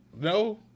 No